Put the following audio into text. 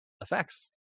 effects